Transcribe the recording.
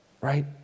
right